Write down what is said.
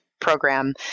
program